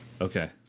okay